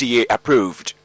approved